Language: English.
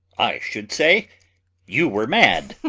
i should say you were mad